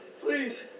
Please